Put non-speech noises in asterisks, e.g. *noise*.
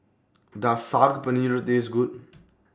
Does Saag Paneer Taste Good *noise*